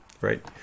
right